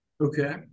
Okay